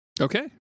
Okay